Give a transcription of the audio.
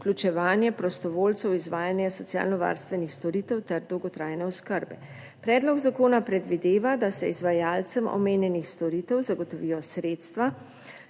vključevanje prostovoljcev v izvajanje socialnovarstvenih storitev ter dolgotrajne oskrbe. Predlog zakona predvideva, da se izvajalcem omenjenih storitev zagotovijo sredstva,